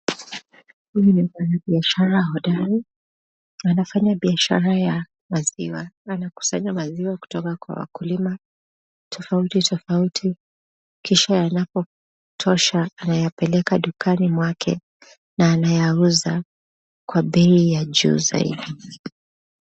Huyu ni mwanabiashara hodari anafanya biashara ya maziwa. Anakusanya maziwa kutoka kwa wakulima tofauti tofauti, kisha yanapotosha anayapeleka dukani mwake na anayauza kwa bei ya juu zaidi.